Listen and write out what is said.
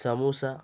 samosa